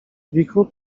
wichru